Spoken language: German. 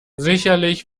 sicherlich